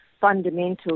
fundamental